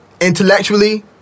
Intellectually